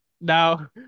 Now